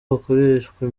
bakoreshwa